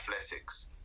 athletics